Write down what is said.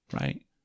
Right